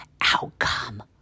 outcome